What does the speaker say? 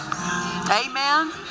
Amen